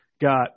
got